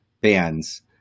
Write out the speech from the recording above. bands